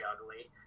ugly